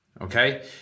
Okay